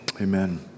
Amen